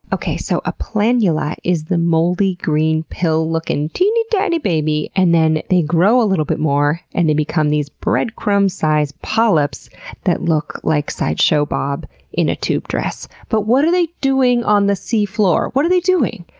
okay, so a planula is the moldy green pill-looking, teeny-tiny baby, and then they grow a little bit more, and they become these bread crumb-sized polyps that look like sideshow bob in a tube dress. but what are they doing on the sea floor what are they doing?